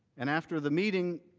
and after the meeting,